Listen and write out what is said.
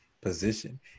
position